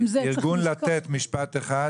ארגון "לתת", משפט אחד.